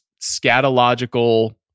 scatological